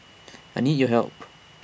I need your help